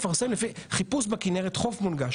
חיפוש בכינרת חוף מונגש.